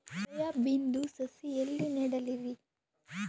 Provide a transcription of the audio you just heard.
Soya ಬಿನದು ಸಸಿ ಎಲ್ಲಿ ನೆಡಲಿರಿ?